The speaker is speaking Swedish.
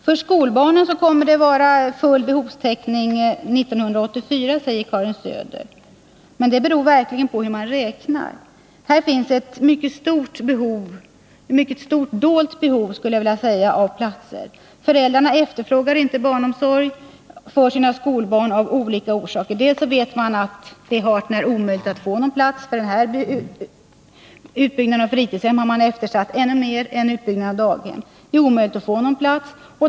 För skolbarnen kommer det att vara full behovstäckning 1984, säger Karin Söder. Men det beror verkligen på hur man räknar. Här finns ett mycket stort dolt behov av platser. Föräldrarna efterfrågar inte barnomsorg för sina skolbarn, av olika orsaker. Man vet att det är hart när omöjligt att få någon plats. Utbyggnaden av fritidshem har eftersatts ännu mer än utbyggnaden av daghem.